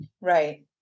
Right